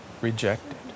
rejected